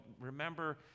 remember